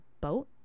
boat